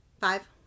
Five